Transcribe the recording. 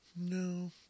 No